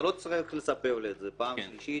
אתה לא צריך לספר לי את זה בפעם שלישית,